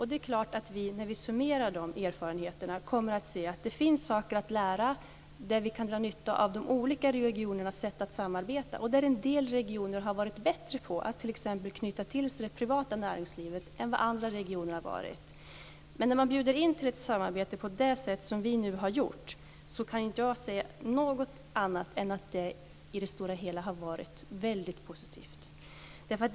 Det är klart att vi, när vi summerar erfarenheterna, kommer att se att det finns saker att lära och att vi kan dra nytta av de olika regionernas sätt att samarbeta. En del regioner har varit bättre än andra regioner på att t.ex. knyta till sig det privata näringslivet. När man bjuder in till ett samarbete på det sätt som vi nu har gjort kan jag inte se annat än att det i det stora hela har varit väldigt positivt.